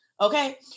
Okay